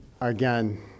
Again